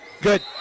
good